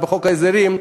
בחוק ההסדרים,